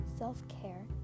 self-care